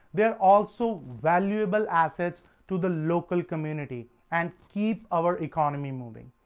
they're also valuable assets to the local community and keep our economy moving.